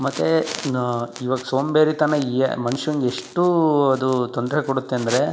ಮತ್ತು ನ ಇವಾಗ ಸೋಂಬೇರಿತನ ಎ ಮನ್ಷಂಗೆ ಎಷ್ಟು ಅದು ತೊಂದರೆ ಕೊಡುತ್ತೆ ಅಂದರೆ